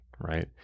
right